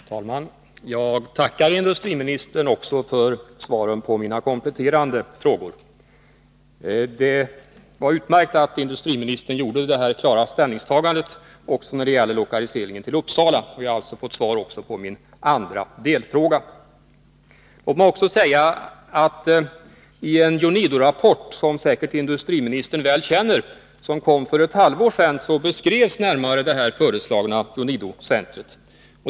Herr talman! Jag tackar industriministern för svaren också på mina kompletterande frågor. Det var utmärkt att industriministern tog så klar ställning också när det gäller lokaliseringen till Uppsala. Jag har därmed fått svar också på min andra delfråga. I en UNIDO-rapport vilken, som industriministern säkerligen väl känner till, framlades för ett halvår sedan beskrevs närmare det föreslagna UNIDO-centret.